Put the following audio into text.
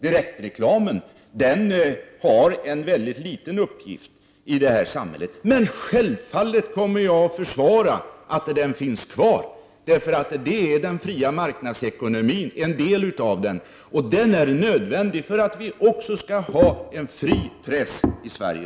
Direktreklamen har nämligen en mycket liten uppgift i vårt samhälle. Men självfallet kommer jag att försvara direktreklamen. Den måste få finnas kvar just därför att den är en del av den fria marknadsekonomin, som är nödvändig om vi skall ha en fri press här i Sverige.